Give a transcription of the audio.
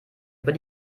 über